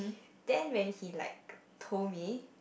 then when he like told me